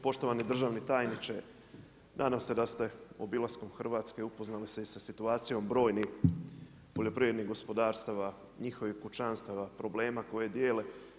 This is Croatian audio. Poštovani državni tajniče, nadam se da ste obilaskom Hrvatske upoznali se i sa situacijom brojnih poljoprivrednih gospodarstava, njihovih kućanstava, problema koji dijele.